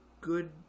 good